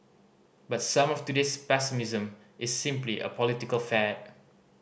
but some of today's pessimism is simply a political fad